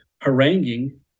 haranguing